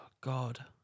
god